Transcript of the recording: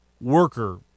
worker